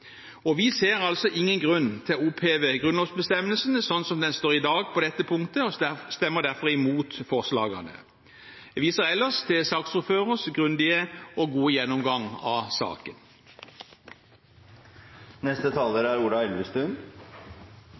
prinsipp. Vi ser altså ingen grunn til å oppheve grunnlovsbestemmelsen slik som den står i dag på dette punktet, og stemmer derfor imot forslagene. Jeg viser ellers til saksordførerens grundige og gode gjennomgang av saken. Jeg må si at jeg sitter her og er